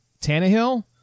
Tannehill